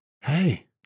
hey